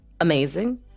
amazing